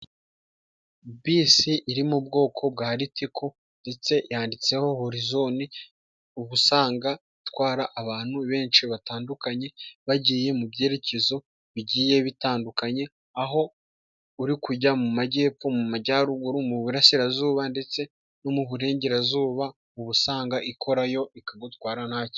Bisi iri mu bwoko bwa ritiko ndetse yanditseho horizone uba usanga itwara abantu benshi batandukanye bagiye mu byerekezo bigiye bitandukanye. Aho uri kujya mu majyepfo, mu majyaruguru, mu burasirazuba ndetse no mu burengerazuba. Uba usanga ikorayo ikagutwara nta kibazo.